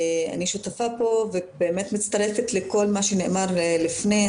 אני שותפה ובאמת מצטרפת לכל מה שנאמר לפני,